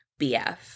BF